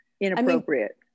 inappropriate